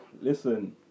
Listen